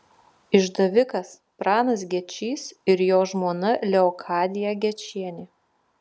išdavikas pranas gečys ir jo žmona leokadija gečienė